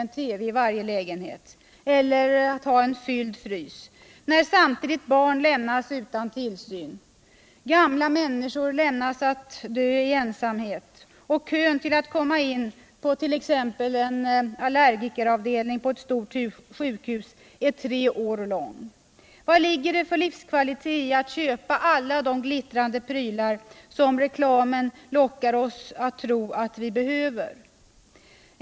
en TV i varje lägenhet eller en fylld frys när samtidigt barn lämnas utan tillsyn, gamla människor lämnas att dö i ensamhet och kön till att komma in på allergikeravdelningen på ett stort sjukhus är tre år lång? Vad ligger det för livskvalitet i att köpa alla de glittrande prylar som reklamen lockar oss att tro att vi behöver?